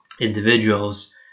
individuals